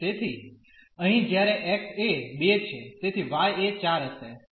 તેથી અહીં જ્યારે x એ 2 છે તેથી y એ 4 હશે